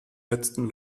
letztem